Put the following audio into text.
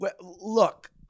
look